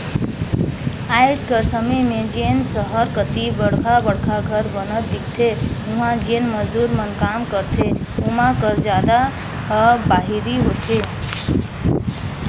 आएज कर समे में जेन सहर कती बड़खा बड़खा घर बनत दिखथें उहां जेन मजदूर मन काम करथे ओमा कर जादा ह बाहिरी होथे